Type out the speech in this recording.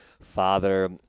father